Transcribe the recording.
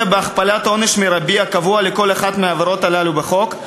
בהכפלת העונש המרבי הקבוע לכל אחת מהעבירות הללו בחוק,